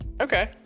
Okay